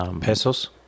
pesos